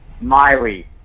Miley